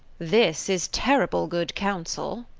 this is terrible good counsel.